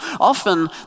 Often